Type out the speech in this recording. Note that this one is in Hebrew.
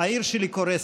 אילת: העיר שלי קורסת.